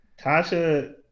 Tasha –